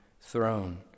throne